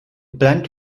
blank